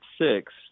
six